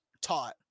taught